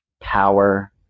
power